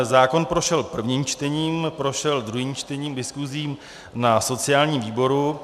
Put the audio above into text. Zákon prošel prvním čtením, prošel druhým čtením, diskusí na sociálním výboru.